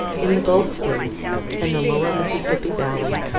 in the gulf states and the lower mississippi valley,